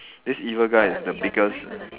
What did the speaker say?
this evil guy is the biggest err